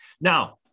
Now